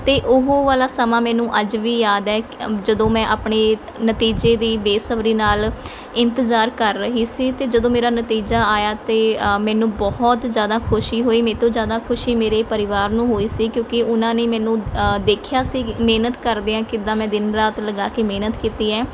ਅਤੇ ਉਹ ਵਾਲਾ ਸਮਾਂ ਮੈਨੂੰ ਅੱਜ ਵੀ ਯਾਦ ਹੈ ਜਦੋਂ ਮੈਂ ਆਪਣੇ ਨਤੀਜੇ ਦੀ ਬੇਸਬਰੀ ਨਾਲ ਇੰਤਜ਼ਾਰ ਕਰ ਰਹੀ ਸੀ ਅਤੇ ਜਦੋਂ ਮੇਰਾ ਨਤੀਜਾ ਆਇਆ ਅਤੇ ਮੈਨੂੰ ਬਹੁਤ ਜ਼ਿਆਦਾ ਖੁਸ਼ੀ ਹੋਈ ਮੇਰੇ ਤੋਂ ਜ਼ਿਆਦਾ ਖੁਸ਼ੀ ਮੇਰੇ ਪਰਿਵਾਰ ਨੂੰ ਹੋਈ ਸੀ ਕਿਉਂਕੀ ਉਹਨਾਂ ਨੇ ਮੈਨੂੰ ਦੇਖਿਆ ਸੀ ਮਿਹਨਤ ਕਰਦਿਆਂ ਕਿੱਦਾਂ ਮੈਂ ਦਿਨ ਰਾਤ ਲਗਾ ਕੇ ਮਿਹਨਤ ਕੀਤੀ ਹੈ